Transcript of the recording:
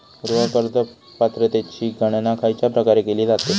गृह कर्ज पात्रतेची गणना खयच्या प्रकारे केली जाते?